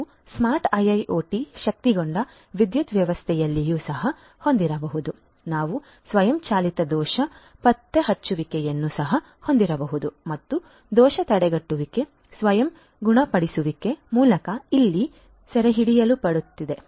ನಾವು smart IIoT ಶಕ್ತಗೊಂಡ ವಿದ್ಯುತ್ ವ್ಯವಸ್ಥೆಯಲ್ಲಿಯೂ ಸಹ ಹೊಂದಿರಬಹುದು ನಾವು ಸ್ವಯಂಚಾಲಿತ ದೋಷ ಪತ್ತೆಹಚ್ಚುವಿಕೆಯನ್ನು ಸಹ ಹೊಂದಿರಬಹುದು ಮತ್ತು ದೋಷ ತಡೆಗಟ್ಟುವಿಕೆ ಸ್ವಯಂ ಗುಣಪಡಿಸುವಿಕೆಯ ಮೂಲಕ ಇಲ್ಲಿ ಸೆರೆಹಿಡಿಯಲ್ಪಟ್ಟಿದೆ